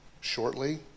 shortly